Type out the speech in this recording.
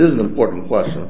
an important question